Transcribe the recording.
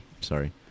Sorry